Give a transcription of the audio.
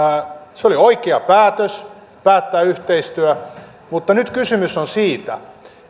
se oli oikea päätös päättää yhteistyö mutta nyt kysymys on siitä